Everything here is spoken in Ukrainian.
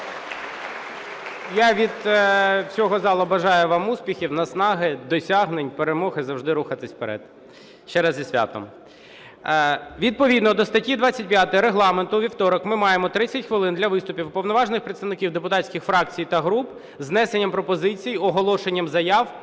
Я від всього залу бажаю вам успіхів, наснаги, досягнень, перемог і завжди рухатись вперед. Ще раз зі святом. Відповідно до статті 25 Регламенту у вівторок ми маємо ми маємо 30 хвилин для виступів уповноважених представників депутатських фракцій та груп з внесенням пропозицій, оголошенням заяв